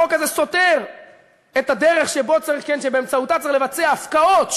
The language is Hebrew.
החוק הזה סותר את הדרך שבאמצעותה צריך לבצע הפקעות,